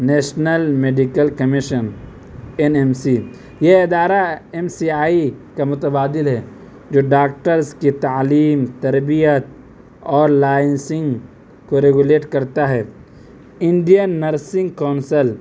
national medical commission N M C یہ ادارہ M C I کا متبادل ہے جو ڈاکٹرز کی تعلیم تربیت اور لائنسنسنگ کو ریگولیٹ کرتا ہے انڈین نرسنگ کونسل